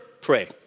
Pray